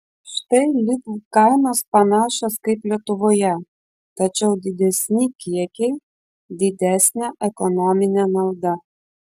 štai lidl kainos panašios kaip lietuvoje tačiau didesni kiekiai didesnė ekonominė nauda